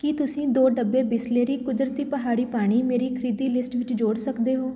ਕੀ ਤੁਸੀਂ ਦੋ ਡੱਬੇ ਬਿਸਲੇਰੀ ਕੁਦਰਤੀ ਪਹਾੜੀ ਪਾਣੀ ਮੇਰੀ ਖਰੀਦੀ ਲਿਸਟ ਵਿੱਚ ਜੋੜ ਸਕਦੇ ਹੋ